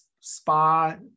spa